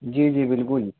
جی جی بالکل